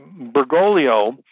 Bergoglio